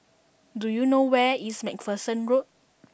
do you know where is MacPherson Road